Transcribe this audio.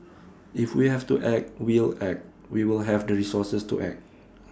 if we have to act we'll act we will have the resources to act